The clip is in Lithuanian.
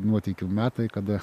nuotykių metai kada